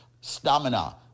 stamina